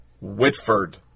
Whitford